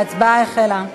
ההצבעה החלה.